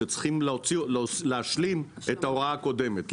שצריכים להשלים את ההוראה הקודמת.